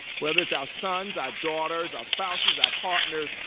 whether it's our sons, our daughters, our spouses, our partners,